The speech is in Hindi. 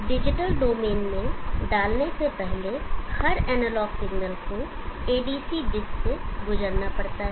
डिजिटल डोमेन में डालने से पहले हर एनालॉग सिग्नल को ADC ब्रिज से गुजरना पड़ता है